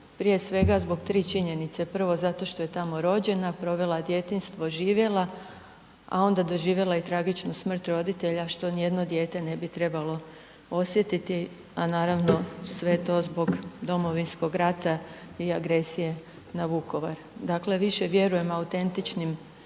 Prije svega, zbog tri činjenice. Prvo, zato što je tamo rođena, provela djetinjstvo, živjela, a onda doživjela i tragičnu smrt roditelja, što nijedno dijete ne bi trebalo osjetiti, a naravno, sve to zbog Domovinskog rata i agresije na Vukovar. Dakle, više vjerujem autentičnim